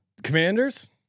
Commanders